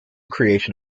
creation